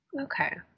Okay